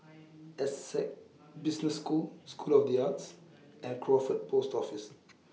Essec Business School School of The Arts and Crawford Post Office